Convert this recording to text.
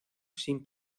sin